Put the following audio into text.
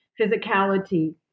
physicality